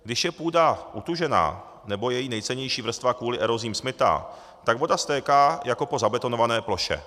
Když je půda utužená nebo její nejcennější vrstva kvůli erozím smytá, tak voda stéká jako po zabetonované ploše.